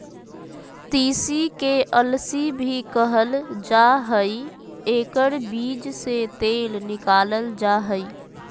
तीसी के अलसी भी कहल जा हइ एकर बीज से तेल निकालल जा हइ